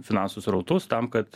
finansų srautus tam kad